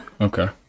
Okay